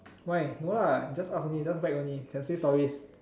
why no lah just ask only just whack only can say stories